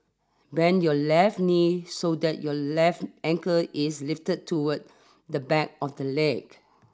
bend your left knee so that your left ankle is lifted toward the back of the leg